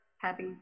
happy